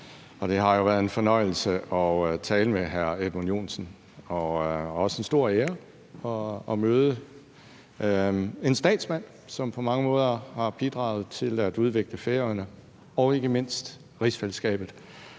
Det har været en fornøjelse at tale med hr. Edmund Joensen og også en stor ære at møde en statsmand, som på mange måder har bidraget til at udvikle Færøerne og ikke mindst rigsfællesskabet.